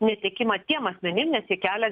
netekimą tiem asmenim nes jie kelia